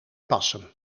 passen